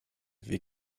wie